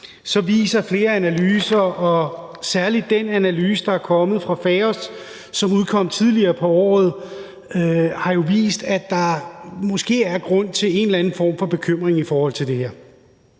så viser flere analyser og særlig den analyse, der er kommet fra FAOS, som udkom tidligere på året, at der måske er grund til en eller anden form for bekymring i forhold til det her.